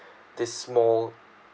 this small